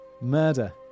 murder